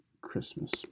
Christmas